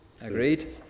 Agreed